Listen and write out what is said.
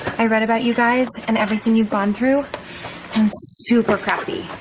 i read about you guys and everything you've gone through since super crafty.